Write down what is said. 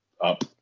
up